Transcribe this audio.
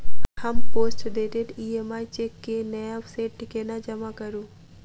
हम postdated EMI cheque केँ नया सेट केना जमा करू?